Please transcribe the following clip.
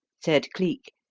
said cleek,